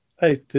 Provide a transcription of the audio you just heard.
Hey